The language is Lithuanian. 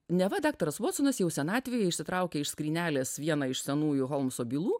neva daktaras vatsonas jau senatvėje išsitraukia iš skrynelės vieną iš senųjų holmso bylų